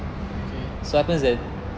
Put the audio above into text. okay